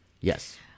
Yes